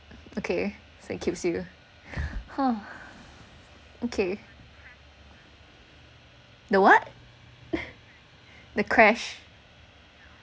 okay so it keeps you !huh! okay the what the crash